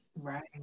Right